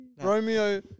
Romeo